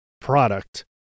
product